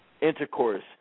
intercourse